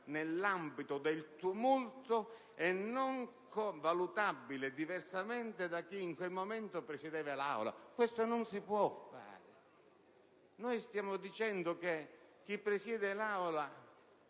nell'ambito del tumulto e non valutabile diversamente da chi in quel momento presiedeva l'Aula. Questo non si può fare. Noi stiamo dicendo che chi presiede l'Aula